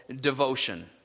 devotion